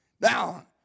Now